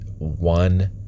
One